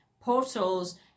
portals